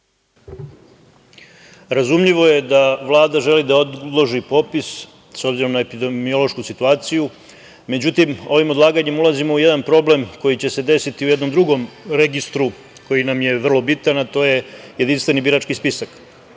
je da Vlada želi da odloži popis, s obzirom na epidemiološku situaciju. Međutim, ovim odlaganjem ulazimo u jedan problem koji će se desiti u jednom drugom registru koji nam je vrlo bitan, a to je Jedinstveni birački spisak. Mi,